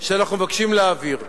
שאנחנו מבקשים להעביר.